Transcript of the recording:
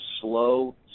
slow